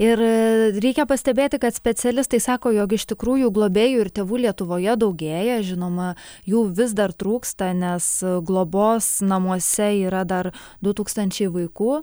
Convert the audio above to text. ir reikia pastebėti kad specialistai sako jog iš tikrųjų globėjų ir tėvų lietuvoje daugėja žinoma jų vis dar trūksta nes globos namuose yra dar du tūkstančiai vaikų